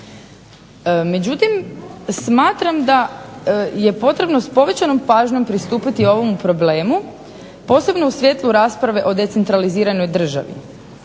Međutim, smatram da je potrebno s povećanom pažnjom pristupiti ovom problemu posebno u svjetlu rasprave o decentraliziranoj državi.